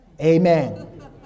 Amen